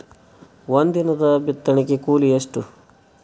ಒಂದಿನದ ಬಿತ್ತಣಕಿ ಕೂಲಿ ಎಷ್ಟ?